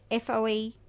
foe